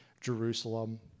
Jerusalem